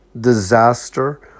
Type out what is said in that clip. disaster